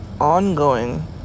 ongoing